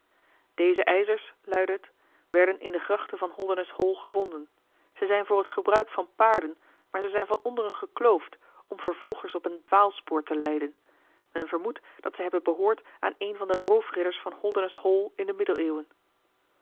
deze ijzers luidde het werden in de grachten van holdernesse hall gevonden zij zijn voor het gebruik van paarden maar zij zijn van onderen gekloofd om vervolgers op een dwaalspoor te leiden men vermoedt dat zij hebben behoord aan een van de roofridders van holdernesse hall in de middeleeuwen